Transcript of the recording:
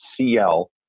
CL